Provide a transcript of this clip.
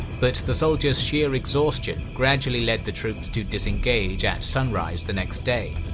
but the soldiers' sheer exhaustion gradually led the troops to disengage at sunrise the next day.